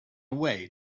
away